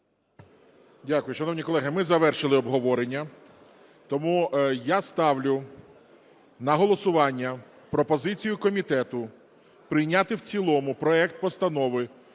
Дякую. Шановні колеги, ми завершили обговорення. Тому я ставлю на голосування пропозицію комітету прийняти в цілому проект Постанови